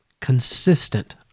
consistent